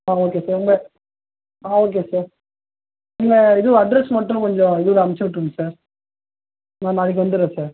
ஆ okay sir உங்கள் ஆ okay sir உங்கள் இது அட்ரஸ் மட்டும் கொஞ்சம் இதில் அனுப்பி விட்டுடுங்க சார் நான் நாளைக்கு வந்துடுறேன் சார்